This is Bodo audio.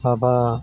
माबा